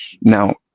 Now